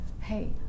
hey